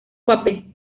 papel